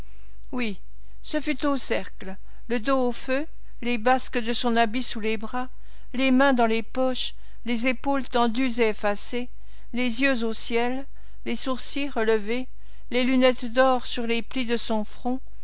oui ce fut au cercle le dos au feu les basques de son habit sous les bras les mains dans les poches les épaules tendues et effacées les yeux au ciel les sourcils relevés les lunettes d'or sur les plis de son front